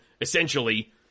essentially